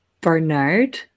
bernard